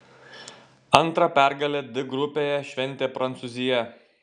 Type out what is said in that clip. antrą pergalę d grupėje šventė prancūzija